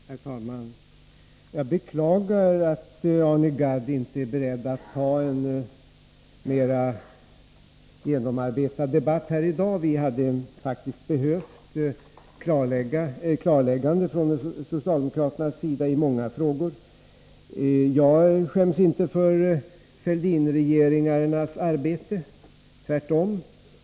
Herr talman! Jag beklagar att Arne Gadd inte är beredd att föra en mer genomarbetad debatt här i dag. Vi hade faktiskt behövt ett klarläggande från socialdemokraterna i många frågor. Jag skäms inte för Fälldinregeringarnas arbete. Tvärtom.